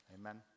Amen